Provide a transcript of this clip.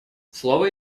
слово